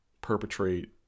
perpetrate